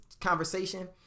conversation